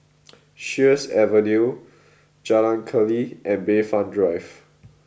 Sheares Avenue Jalan Keli and Bayfront Drive